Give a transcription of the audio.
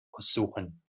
aussuchen